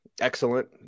Excellent